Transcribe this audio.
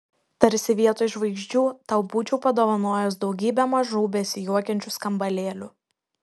tarsi vietoj žvaigždžių tau būčiau padovanojęs daugybę mažų besijuokiančių skambalėlių